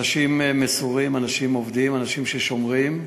אנשים מסורים, אנשים עובדים, אנשים ששומרים,